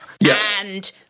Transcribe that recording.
Yes